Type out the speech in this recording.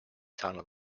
saanud